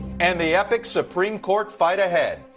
and the epic supreme court fight ahead.